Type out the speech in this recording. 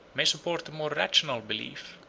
may support a more rational belief,